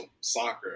soccer